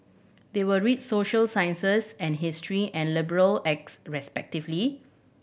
they will read social sciences and history and liberal acts respectively